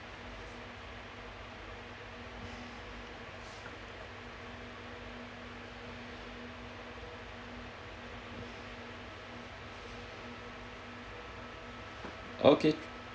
okay